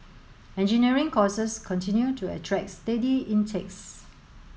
engineering courses continue to attract steady intakes